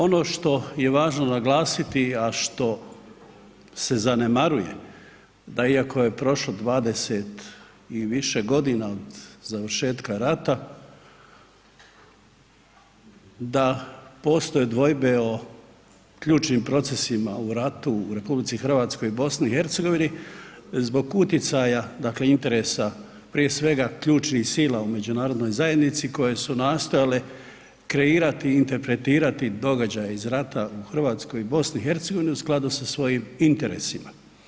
Ono što je važno naglasiti, a što se zanemaruje da iako je prošlo 20 i više godina od završetka rata, da postoje dvojbe o ključnim procesima u ratu u RH i BiH zbog utjecaja dakle interesa prije svega ključnih sila u međunarodnoj zajednici koje su nastojale kreirati, interpretirati događaje iz rada u Hrvatskoj i BiH u skladu sa svojim interesima.